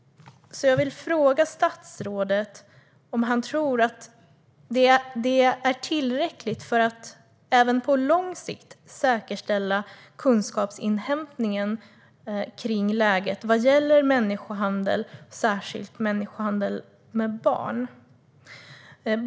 Jag vill fråga statsrådet om han tror att det är tillräckligt för att även på lång sikt säkerställa kunskapsinhämtningen om läget vad gäller människohandel och särskilt människohandel med barn.